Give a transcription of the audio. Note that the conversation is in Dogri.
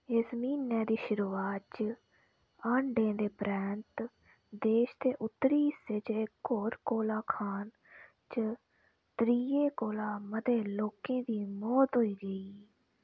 इस म्हीने दी शुरुआत च हांडें दे परैंत्त देश दे उत्तरी हिस्से च इक होर कोला खान च त्रीहें कोलां मते लोकें दी मौत होई गेई ही